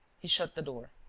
he shut the door.